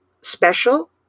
special